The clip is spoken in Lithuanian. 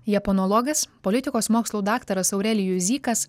japonologas politikos mokslų daktaras aurelijus zykas